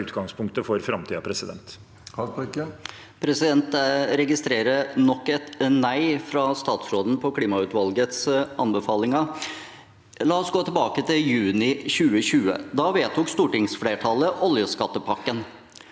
som er utgangspunktet for framtiden. Lars Haltbrekken (SV) Jeg registrerer nok et nei fra statsråden på klimautvalgets anbefalinger. La oss gå tilbake til juni 2020. Da vedtok stortingsflertallet oljeskattepakken.